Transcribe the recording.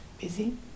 Busy